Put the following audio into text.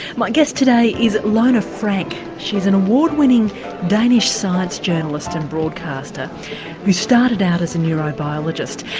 my guest today is lone frank, she's an award winning danish science journalist and broadcaster who started out as a neurobiologist.